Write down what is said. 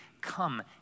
come